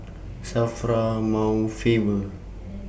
SAFRA Mount Faber